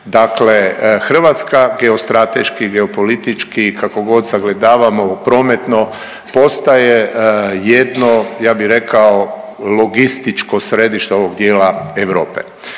Dakle, Hrvatska geostrateški, geopolitički kako god sagledavamo u prometno postaje jedno ja bi rekao logističko središte ovog dijela Europe.